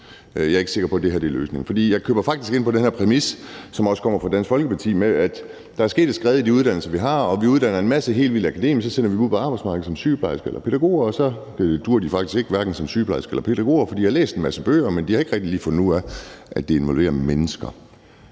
jeg er ikke sikker på, at det her er løsningen. Jeg køber faktisk ind på den her præmis, som også kommer fra Dansk Folkeparti, med, at der er sket et skred i de uddannelser, vi har. Vi uddanner en masse akademikere, og så sender vi dem ud på arbejdsmarkedet som sygeplejersker eller pædagoger, og så duer de faktisk ikke, hverken som sygeplejersker eller som pædagoger. De har læst en masse bøger, men de har ikke rigtig fundet ud af, at det involverer mennesker.